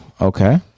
Okay